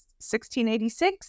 1686